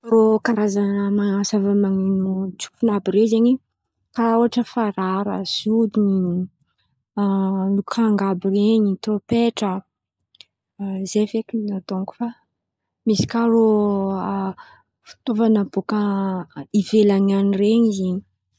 Rô Karazan̈a zava manatsofina àby ren̈y zen̈y karà ohatra farara lokanga àby ren̈y trompetrazay fekiny donko fa misy kà rô fitaovana bôka ivelany any ren̈y.